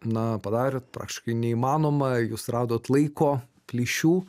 na padarėt praktiškai neįmanomą jūs radot laiko plyšių